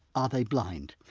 are they blind.